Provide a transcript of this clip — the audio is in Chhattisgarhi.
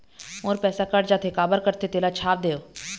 मोर पैसा कट जाथे काबर कटथे तेला छाप देव?